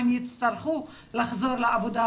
הן יצטרכו לחזור לעבודה,